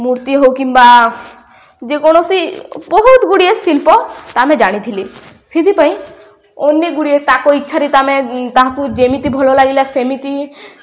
ମୂର୍ତ୍ତି ହଉ କିମ୍ବା ଯେକୌଣସି ବହୁତ ଗୁଡ଼ିଏ ଶିଳ୍ପ ଆମେ ଜାଣିଥିଲି ସେଥିପାଇଁ ଅନ୍ୟ ଗୁଡ଼ିଏ ତାଙ୍କ ଇଚ୍ଛାରେ ଆମେ ତାହାକୁ ଯେମିତି ଭଲ ଲାଗିଲା ସେମିତି